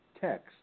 text